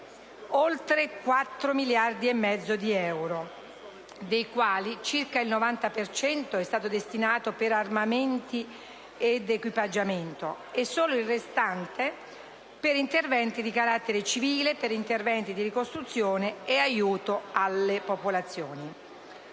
oltre 4 miliardi e mezzo di euro, dei quali circa il 90 per cento è stato destinato per armamenti ed equipaggiamento e solo il restante dieci per cento per interventi di carattere civile, di ricostruzione e aiuto alle popolazioni.